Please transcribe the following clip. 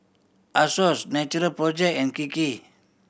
Asos Natural Project and Kiki